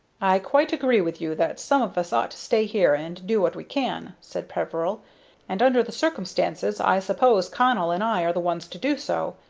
i quite agree with you that some of us ought to stay here and do what we can, said peveril and, under the circumstances, i suppose connell and i are the ones to do so.